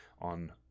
on